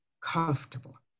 comfortable